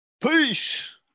Peace